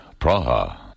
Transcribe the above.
Praha